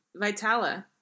Vitala